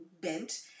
bent